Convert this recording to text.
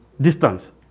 distance